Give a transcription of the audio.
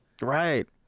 Right